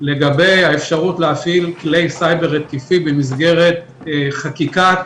לגבי האפשרות להפעיל כלי סייבר התקפיים במסגרת חקיקת